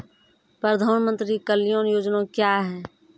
प्रधानमंत्री कल्याण योजना क्या हैं?